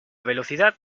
velocidad